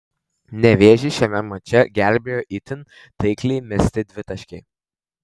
nevėžį šiame mače gelbėjo itin taikliai mesti dvitaškiai